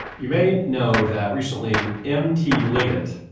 you may know that recently m t. ligget,